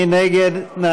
מי נגד?